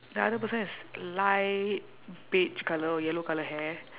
the other person is light beige colour or yellow colour hair